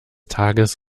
tages